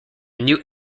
new